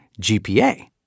GPA